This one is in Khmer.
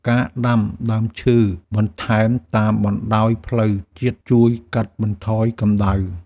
ការដាំដើមឈើបន្ថែមតាមបណ្តោយផ្លូវជាតិជួយកាត់បន្ថយកម្ដៅ។